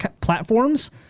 platforms